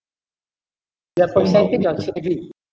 the percentage you're saving